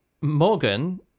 Morgan